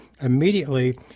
immediately